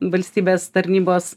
valstybės tarnybos